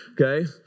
okay